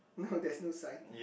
no there's no sign